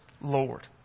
Lord